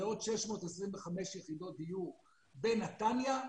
לעוד 625 יחידות דיור בנתניה,